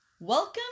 welcome